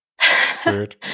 Food